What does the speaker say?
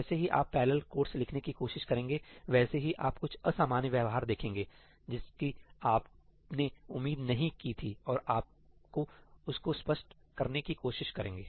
जैसे ही आप पैरलल कोट्स लिखने की कोशिश करेंगे वैसे ही आप कुछ असामान्य व्यवहार देखेंगे जिसकी आपने उम्मीद नहीं की थी और आपको उसको स्पष्ट करने की कोशिश करेंगे